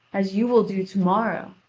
as you will do to-morrow.